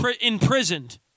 Imprisoned